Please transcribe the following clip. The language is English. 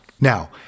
Now